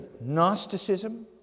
Gnosticism